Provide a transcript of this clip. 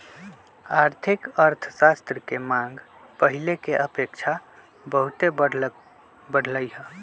आर्थिक अर्थशास्त्र के मांग पहिले के अपेक्षा बहुते बढ़लइ ह